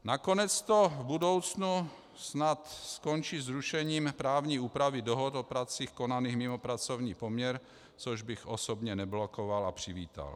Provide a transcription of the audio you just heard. Nakonec to v budoucnu snad skončí zrušením právní úpravy dohod o pracích konaných mimo pracovní poměr, což bych osobně neblokoval a přivítal.